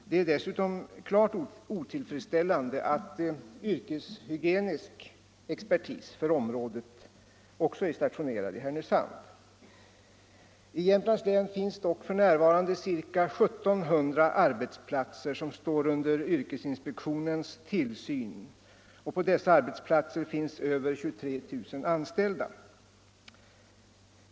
Det är dessutom klart otillfredsställande att all yrkeshygienisk expertis för området också är stationerad i Härnösand. I Jämtlands län finns dock f. n. ca 1 700 arbetsplatser som står under yrkesinspektionens tillsyn, och på dessa arbetsplatser finns över 23 000 anställda.